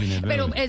Pero